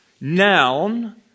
noun